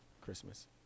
Christmas